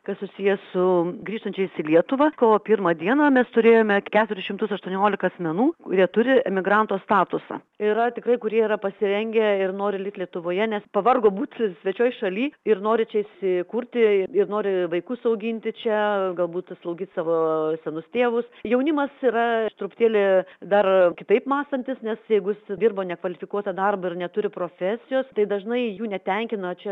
kas susiję su grįžtančiais į lietuvą kovo pirmą dieną mes turėjome keturis šimtus aštuoniolika asmenų kurie turi emigranto statusą yra tikrai kurie yra pasirengę ir nori likt lietuvoje nes pavargo būti svečioj šaly ir nori čia įsikurti ir nori vaikus auginti čia galbūt slaugyt savo senus tėvus jaunimas yra truputėlį dar kitaip mąstantys nes jeigu su dirbo nekvalifikuotą darbą ir neturi profesijos tai dažnai jų netenkina čia